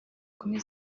kumi